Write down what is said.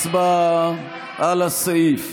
הצבעה על הסעיף.